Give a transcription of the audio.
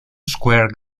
square